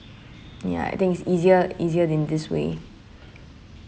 ya I think it's easier easier than this way